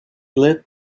lit